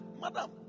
madam